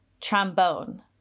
Trombone